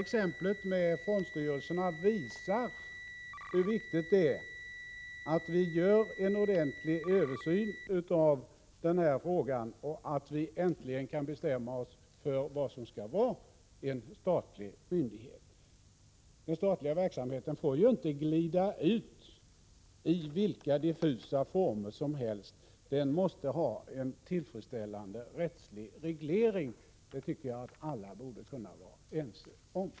Exemplet med fondstyrelserna visar hur viktigt det är att vi gör en ordentlig översyn av frågan och att vi äntligen kan bestämma oss för vad som är en statlig myndighet. Den statliga verksamheten får ju inte glida ut i vilka diffusa former som helst, utan den måste ha en tillfredsställande rättslig reglering. Detta tycker jag att alla borde kunna vara överens om.